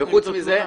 תגיש נגדו תלונה.